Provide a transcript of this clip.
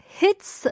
hits